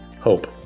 hope